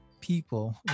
people